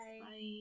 bye